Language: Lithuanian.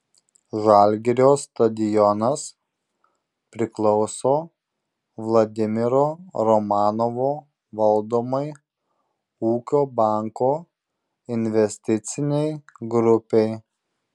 žalgirio stadionas priklauso vladimiro romanovo valdomai ūkio banko investicinei grupei